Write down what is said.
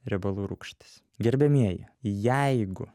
riebalų rūgštis gerbiamieji jeigu